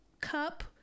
cup